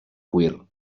cuir